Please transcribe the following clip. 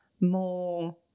more